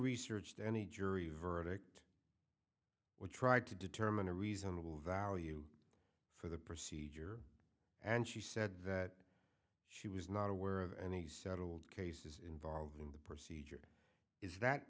researched any jury verdict would try to determine a reasonable value for the procedure and she said that she was not aware of any settled cases involving the part is that